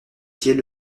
pieds